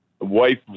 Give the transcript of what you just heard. wife